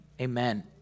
amen